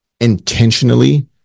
intentionally